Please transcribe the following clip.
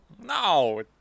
No